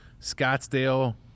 Scottsdale